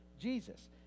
Jesus